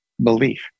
belief